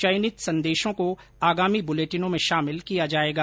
चयनित संदेशों को आगामी बुलेटिनों में शामिल किया जाएगा